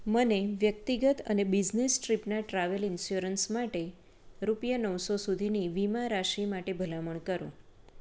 મને વ્યક્તિગત અને બિઝનેસ ટ્રીપના ટ્રાવેલ ઇન્સ્યોરન્સ માટે રૂપિયા નવસો સુધીની વીમા રાશી માટે ભલામણ કરો